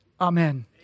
amen